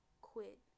quit